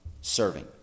serving